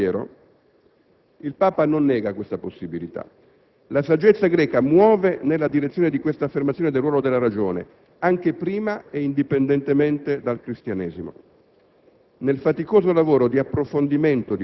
Può l'Islam avviarsi per il medesimo sentiero? Il Papa non nega questa possibilità. La saggezza greca muove nella direzione di quest'affermazione del ruolo della ragione anche prima e indipendentemente dal Cristianesimo.